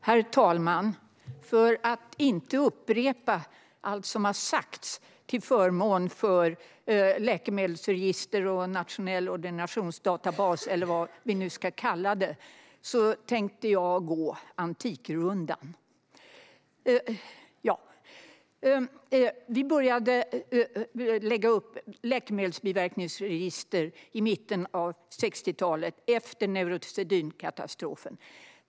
Herr talman! För att inte upprepa allt som sagts till förmån för läkemedelsregister och en nationell ordinationsdatabas eller vad vi nu ska kalla det tänkte jag gå antikrundan. Vi började lägga upp läkemedelsbiverkningsregister i mitten av 60-talet, efter Neurosedynkatastrofen.